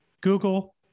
Google